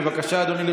בבקשה, אדוני.